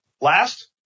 Last